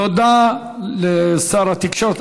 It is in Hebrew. תודה לשר התקשורת.